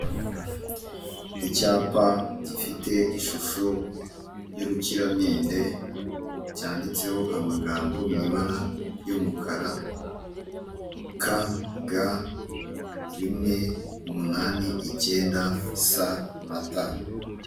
Icyapa gifite ishusho y'urukiramende, cyanditseho amagambo mu ibara ry'umukara, ka, ga, rimwe, umunani, ikenda sa na ta.